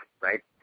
right